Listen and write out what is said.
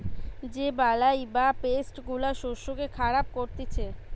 যে বালাই বা পেস্ট গুলা শস্যকে খারাপ করতিছে